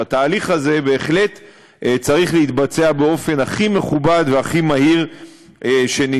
והתהליך הזה בהחלט צריך להתבצע באופן הכי מכובד והכי מהיר שאפשר,